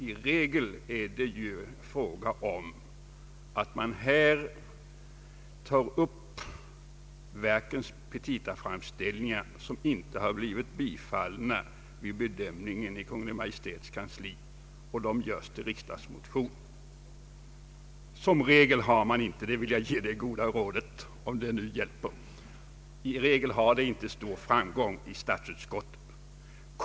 I regel tar man upp verkens petitaframställningar som inte har blivit biträdda vid bedömningen i Kungl. Maj:ts kansli. Jag vill ge det goda rådet, om det nu hjälper, att sådana motioner inte har stora förutsättningar för framgång i statsutskottet.